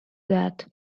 that